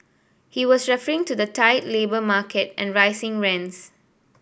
he was referring to the tight labour market and rising rents